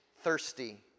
thirsty